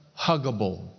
huggable